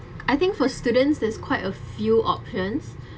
I think for students there's quite a few options